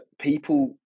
people